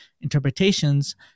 interpretations